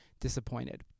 disappointed